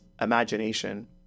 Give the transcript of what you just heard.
imagination